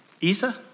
Isa